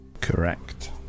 correct